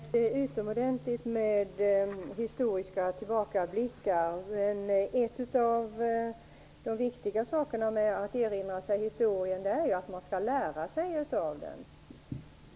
Herr talman! Det är utomordentligt med historiska tillbakablickar. Men en av de viktiga sakerna med att erinra sig historien är att man skall lära sig av den.